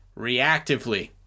reactively